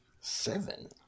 seven